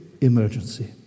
emergency